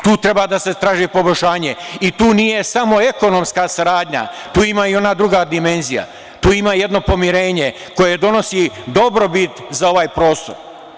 Tu treba da se traži poboljšanje i tu nije samo ekonomska saradnja tu ima i ona druga dimenzija, tu ima jedno pomirenje koje donosi dobrobit za ovaj prostor.